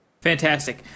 Fantastic